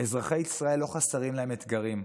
אזרחי ישראל, לא חסרים להם אתגרים.